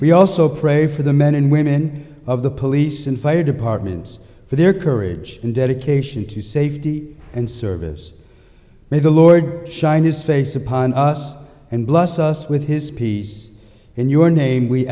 we also pray for the men and women of the police and fire departments for their courage and dedication to safety and service may the lord shine his face upon us and bless us with his peace in your name we